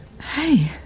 Hey